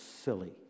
silly